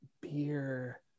beer